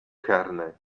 kerne